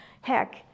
heck